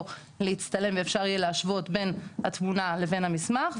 או להצטלם ואפשר יהיה להשוות בין התמונה לבין המסמך,